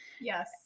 Yes